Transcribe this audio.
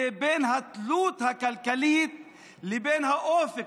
זה ההבדל בין התלות הכלכלית לבין האופק,